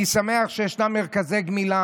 אני שמח שישנם מרכזי גמילה.